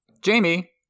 Jamie